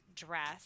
dress